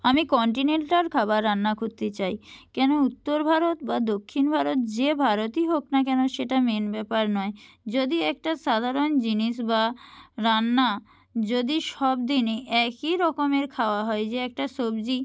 আমি কন্টিনেন্টাল খাবার রান্না করতে চাই কেন উত্তর ভারত বা দক্ষিণ ভারত যে ভারতই হোক না কেন সেটা মেন ব্যাপার নয় যদি একটা সাধারণ জিনিস বা রান্না যদি সব দিনই একই রকমের খাওয়া হয় যে একটা সবজি